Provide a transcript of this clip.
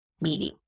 meaning